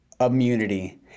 immunity